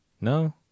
No